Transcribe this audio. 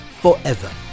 forever